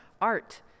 art